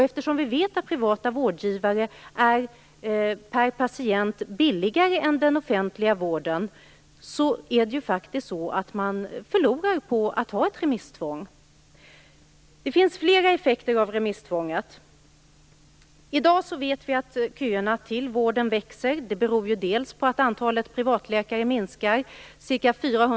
Eftersom vi vet att privata vårdgivare är billigare per patient än den offentliga vården, förlorar man faktiskt på att ha ett remisstvång. Det finns flera effekter av remisstvånget. I dag vet vi att köerna till vården växer. Det beror bl.a. på att antalet privatläkare minskar.